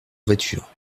voiture